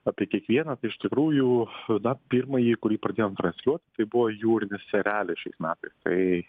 apie kiekvieną tai iš tikrųjų na pirmąjį kurį pradėjom transliuot tai buvo jūrinis erelis šiais metais tai